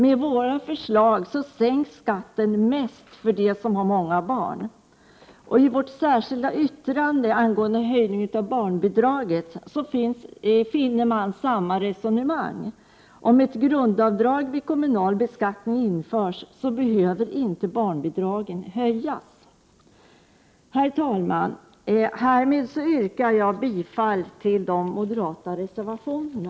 Med våra förslag sänks skatten mest för dem som har många barn. I vårt särskilda yttrande angående en höjning av barnbidraget finner man samma resonemang. Om ett grundavdrag vid kommunal beskattning införs, behöver inte barnbidragen höjas. Herr talman! Härmed yrkar jag bifall till de moderata reservationerna.